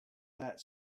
that